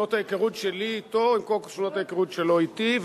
שנות ההיכרות שלי אתו הן כשנות ההיכרות שלו אתי.